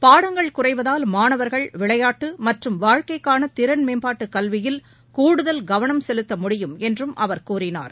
பாடங்கள் குறைவதால் மாணவர்கள் விளையாட்டு மற்றும் வாழ்க்கைக்கான திறன்மேம்பாட்டுக் கல்வியில் கூடுதல் கவனம் செலுத்த முடியும் என்றும் அவர் கூறினார்